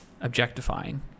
objectifying